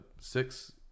six